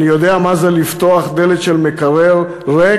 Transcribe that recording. אני יודע מה זה לפתוח דלת של מקרר ריק.